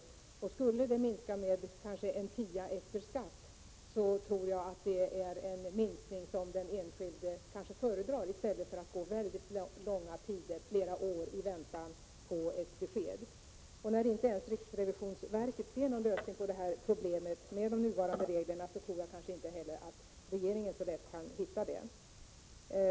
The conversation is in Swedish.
Skulle ersättningen minska med kanske en tia efter skatt tror jag att det är en minskning som den enskilde föredrar, i stället för att gå flera år i väntan på ett besked. När inte ens riksrevisionsverket ser någon lösning på problemet med de nuvarande reglerna tror jag inte heller att regeringen så lätt kan hitta någon.